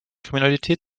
kriminalität